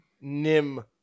Nim